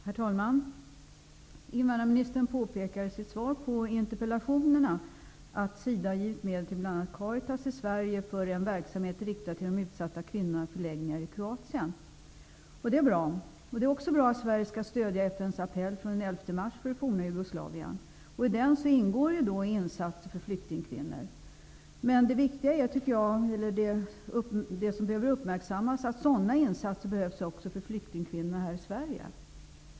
Herr talman! Invandrarministern påpekar i sitt svar på interpellationerna att SIDA har givit medel till bl.a. Caritas i Sverige för en verksamhet riktad till de utsatta kvinnorna i förläggningar i Kroatien. Det är bra. Det är också bra att Sverige stöder FN:s appell från den 11 mars för f.d. Jugoslavien. I den ingår insatser för flyktingkvinnor. Det behöver dock uppmärksammas att sådana insatser behövs också för flyktingkvinnorna här i Sverige.